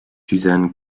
suzanne